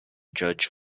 judge